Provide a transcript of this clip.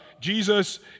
Jesus